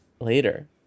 later